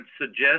suggest